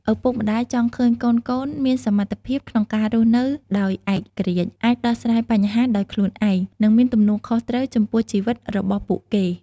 ឪពុកម្ដាយចង់ឃើញកូនៗមានសមត្ថភាពក្នុងការរស់នៅដោយឯករាជ្យ អាចដោះស្រាយបញ្ហាដោយខ្លួនឯង និងមានទំនួលខុសត្រូវចំពោះជីវិតរបស់ពួកគេ។